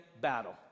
battle